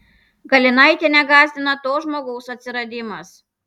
galinaitienę gąsdina to žmogaus atsiradimas